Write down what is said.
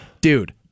Dude